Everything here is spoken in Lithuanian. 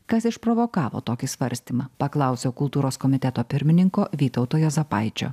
kas išprovokavo tokį svarstymą paklausiau kultūros komiteto pirmininko vytauto juozapaičio